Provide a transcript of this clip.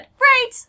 Right